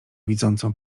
widzącą